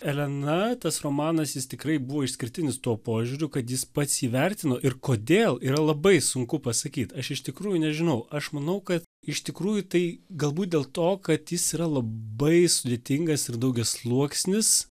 elena tas romanas jis tikrai buvo išskirtinis tuo požiūriu kad jis pats jį vertino ir kodėl yra labai sunku pasakyt aš iš tikrųjų nežinau aš manau kad iš tikrųjų tai galbūt dėl to kad jis yra labai sudėtingas ir daugiasluoksnis